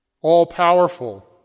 all-powerful